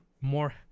more